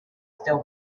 still